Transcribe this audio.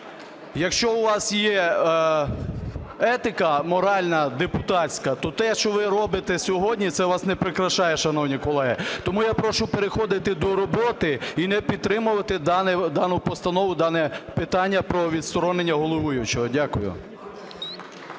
Якщо у вас є етика моральна депутатська, то те, що ви робите сьогодні, це вас не прикрашає, шановні колеги. Тому я прошу переходити до роботи і не підтримувати дану постанову, дане питання про відсторонення головуючого. Дякую.